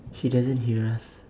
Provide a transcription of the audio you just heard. she doesn't hear us